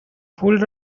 پول